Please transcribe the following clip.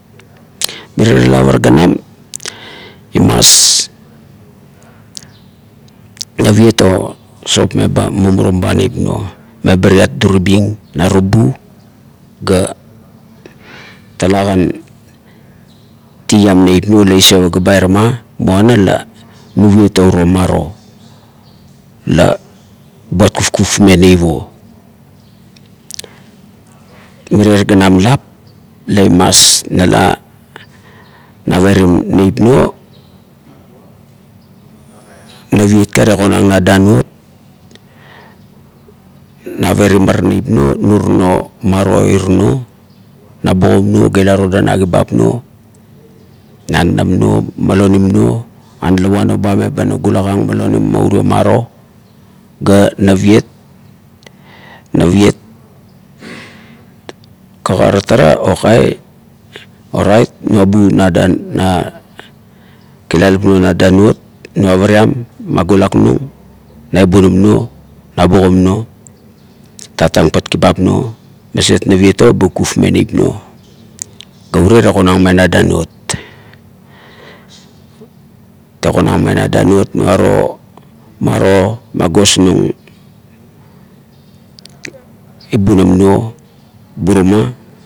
Mirie ra lap ara ganam, imas naviet o sop meba mumurum ba neip nuo meba iat duri bing naruba ga talakan tiam neip nuo la ise paga ba irama, muana la buviet o uro maro la buat kufkufmeng neip o. Mirie ganam lap la imas nala navaraim neip nuo naviet ka tegonang na danuoot naaram are neip nuo, nurno maro iranuo na bogom nuo ila todang na kibap nao na nanam nuo malonim nuo analava o maro ga naviet naviet kagarat ara ok orait nuabu na dan na kilalap nuo na danuot nuavariam ma gulaknung na ibunim nuo na bogom nuo, tatang pat kibap nuo maset naviet o ba kufkufmeng neip nuo ga urie tegonang me na danuot tegonang me na danuot nuaro maro magosnung ibunim nuo buruma